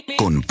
con